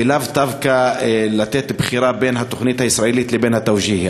ולאו דווקא לתת בחירה בין התוכנית הישראלית לבין התאוג'יה.